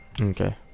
Okay